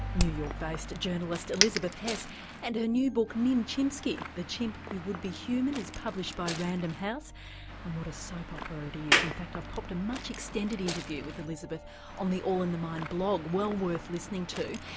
new york based journalist elizabeth hess and her new book nim chimpsky the chimp who would be human is published by random house and what a soap opera it is, in fact i've popped a much extended interview with elizabeth on the all in the mind blog, well worth listening to.